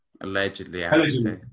allegedly